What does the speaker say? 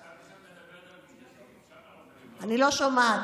חשבתי שאת מדברת על גוש קטיף, אני לא שומעת.